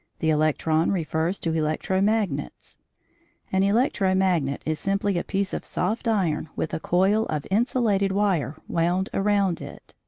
the electron refers to electro-magnets an electro-magnet is simply a piece of soft iron with a coil of insulated wire wound around it.